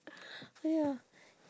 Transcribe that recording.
oh ya